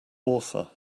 author